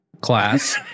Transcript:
class